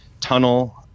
tunnel